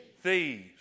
thieves